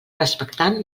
respectant